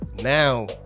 now